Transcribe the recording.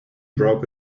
broke